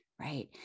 right